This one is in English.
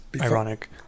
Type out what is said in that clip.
ironic